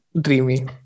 dreamy